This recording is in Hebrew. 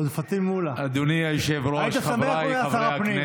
פטין מולא, היית שמח אם הוא היה שר הפנים.